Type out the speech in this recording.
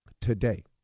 today